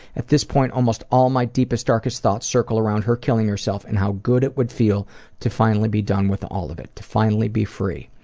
at this point, almost all of my deepest darkest thoughts circle around her killing herself and how good it would feel to finally be done with all of it. to finally be free.